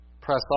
press